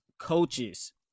coaches